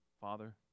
Father